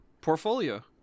Portfolio